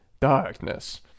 Darkness